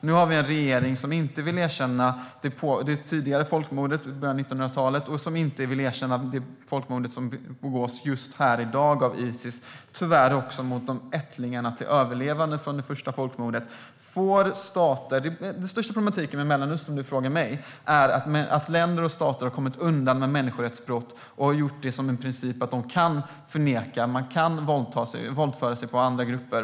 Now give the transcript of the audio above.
Nu har vi en regering som inte vill erkänna det tidigare folkmordet i början av 1900-talet och det folkmord som IS begår i dag, tyvärr också på ättlingarna till överlevande från det första folkmordet. Den största problematiken med Mellanöstern, om du frågar mig, är att länder och stater har kommit undan med människorättsbrott och har gjort det till en princip att man kan förneka och våldföra sig på andra grupper.